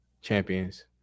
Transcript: champions